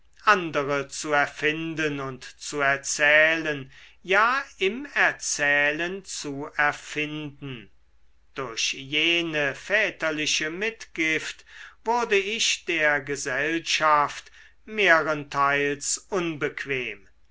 andere zu erfinden und zu erzählen ja im erzählen zu erfinden durch jene väterliche mitgift wurde ich der gesellschaft mehrenteils unbequem